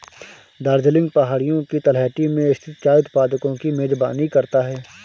दार्जिलिंग पहाड़ियों की तलहटी में स्थित चाय उत्पादकों की मेजबानी करता है